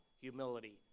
humility